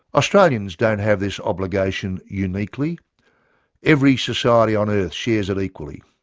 australians don't have this obligation uniquely every society on earth shares it equally.